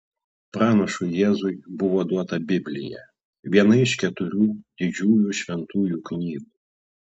pranašui jėzui buvo duota biblija viena iš keturių didžiųjų šventųjų knygų